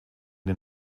den